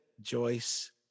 Joyce